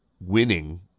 winning